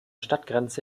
stadtgrenze